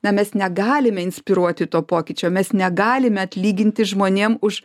na mes negalime inspiruoti to pokyčio mes negalime atlyginti žmonėms už